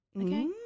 Okay